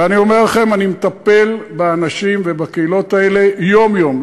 ואני אומר לכם: אני מטפל באנשים ובקהילות האלה יום-יום,